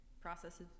processes